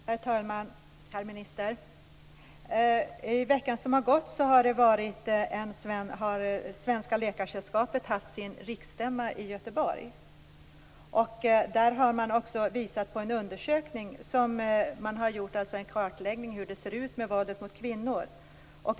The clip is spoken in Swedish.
Herr talman! Herr minister! I veckan som har gått har Svenska Läkaresällskapet haft sin riksstämma i Göteborg. Där har man visat på en kartläggning av våld mot kvinnor.